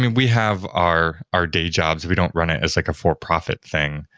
we we have our our day jobs. we don't run it as like a for-profit thing.